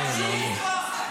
לעשות?